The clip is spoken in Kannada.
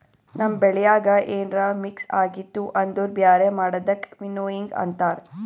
ನಮ್ ಬೆಳ್ಯಾಗ ಏನ್ರ ಮಿಕ್ಸ್ ಆಗಿತ್ತು ಅಂದುರ್ ಬ್ಯಾರೆ ಮಾಡದಕ್ ವಿನ್ನೋವಿಂಗ್ ಅಂತಾರ್